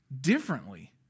differently